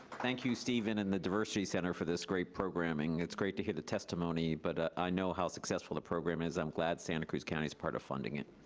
thank you stephen and the diversity center for this great programming. it's great to get the testimony, but i know how successful the program is. i'm glad santa cruz county is part of funding it.